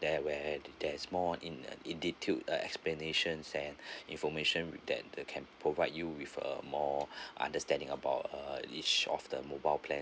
there where there's more in in detailed explanation and information read that can provide you with uh more understanding about uh each of the mobile plan